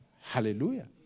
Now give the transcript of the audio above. Hallelujah